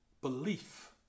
belief